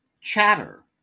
Chatter